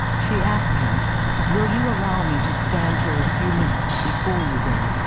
she asked him will you allow me to stand here a few minutes, before you go,